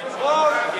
היושב-ראש,